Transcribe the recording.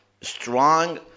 strong